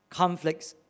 conflicts